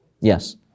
Yes